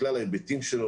מכלל ההיבטים שלו,